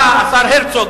אתה, השר הרצוג,